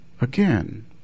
again